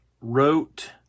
wrote